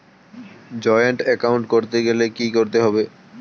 Joint account করতে গেলে কি করতে হবে?